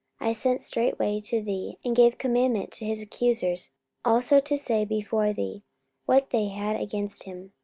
i sent straightway to thee, and gave commandment to his accusers also to say before thee what they had against him.